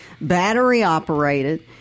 battery-operated